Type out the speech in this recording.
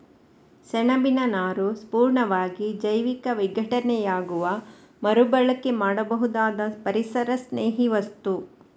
ಸೆಣಬಿನ ನಾರು ಪೂರ್ಣವಾಗಿ ಜೈವಿಕ ವಿಘಟನೆಯಾಗುವ ಮರು ಬಳಕೆ ಮಾಡಬಹುದಾದ ಪರಿಸರಸ್ನೇಹಿ ವಸ್ತು